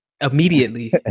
immediately